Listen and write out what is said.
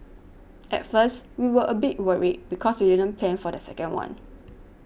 at first we were a bit worried because we didn't plan for the second one